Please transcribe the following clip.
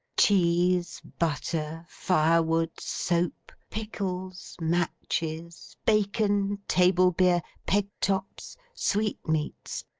cheese, butter, firewood, soap, pickles, matches, bacon, table-beer, peg-tops, sweetmeats,